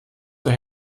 zur